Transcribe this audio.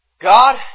God